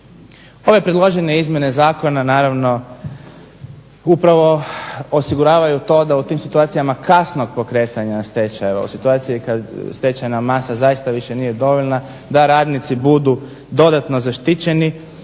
Ove predložene izmjene zakona naravno upravo osiguravaju to da u tim situacijama kasno pokretanja stečaja u situaciji kada stečajna masa zaista više nije dovoljna da radnici budu dodatno zaštićeni.